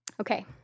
Okay